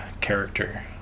character